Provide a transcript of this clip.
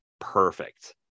perfect